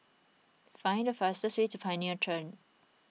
find the fastest way to Pioneer Turn